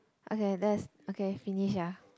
okay that's okay finish sia